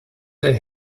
der